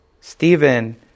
Stephen